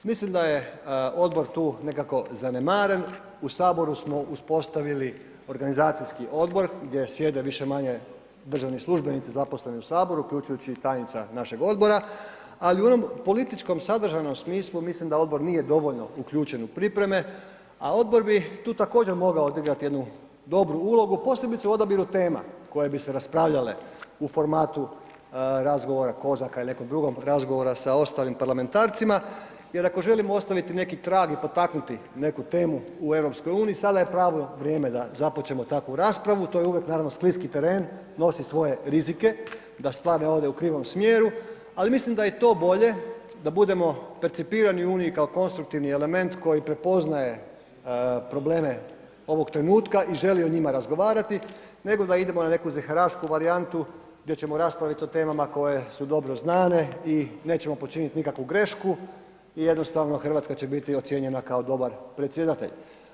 Mislim da je odbor tu nekako zanemaren, u HS smo uspostavili organizacijski odbor gdje sjede više-manje državni službenici zaposleni u HS, uključujući i tajnica našeg odbora, ali u onom političkom sadržajnom smislu mislim da odbor nije dovoljno uključen u pripreme, a odbor bi tu također mogao odigrat jednu dobru ulogu, posebice u odabiru tema koje bi se raspravljale u formatu razgovora tko … [[Govornik se ne razumije]] nekog drugog razgovora sa ostalim parlamentarcima jer ako želimo ostaviti neki trag i potaknuti neku temu u EU, sada je pravo vrijeme da započnemo takvu raspravu, to je uvijek naravno skliski teren, nosi svoje rizike da stvar ne ode u krivom smjeru, ali mislim i da je to bolje da budemo percipirani u Uniji kao konstruktivni element koji prepoznaje probleme ovog trenutka i želi o njima razgovarati, nego da idemo na neku ziherašku varijantu gdje ćemo raspravit o temama koje su dobro znane i nećemo počinit nikakvu grešku i jednostavno RH će biti ocijenjena kao dobar predsjedatelj.